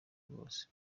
rwose